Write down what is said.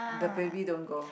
the baby don't go